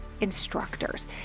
instructors